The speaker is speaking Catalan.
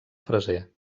freser